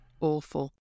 Awful